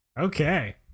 Okay